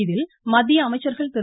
இதில் மத்திய அமைச்சர்கள் திரு